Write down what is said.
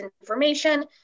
information